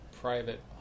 private